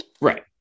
Right